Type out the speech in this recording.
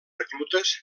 reclutes